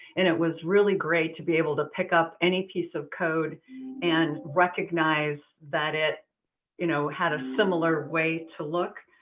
and it was really great to be able to pick up any piece of code and recognize that it you know had a similar way to look.